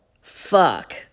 Fuck